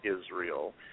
Israel